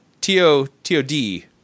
T-O-T-O-D